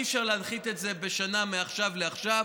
אי-אפשר להנחית את זה בשנה, מעכשיו לעכשיו.